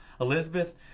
Elizabeth